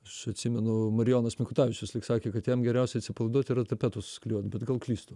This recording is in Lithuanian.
su atsimenu marijonas mikutavičius lyg sakė kad jam geriausia atsipalaiduot yra tapetus klijuot bet gal klystu